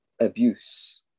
abuse